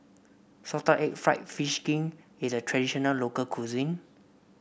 Salted Egg fried fish skin is a traditional local cuisine